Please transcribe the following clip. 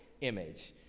Image